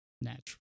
natural